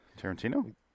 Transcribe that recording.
Tarantino